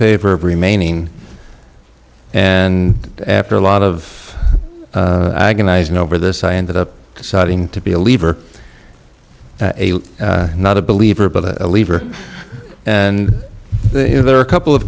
favor of remaining and after a lot of agonizing over this i ended up deciding to be a lever not a believer but a lever and there are a couple of